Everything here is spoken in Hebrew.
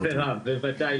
כן, ולחבריו בוודאי.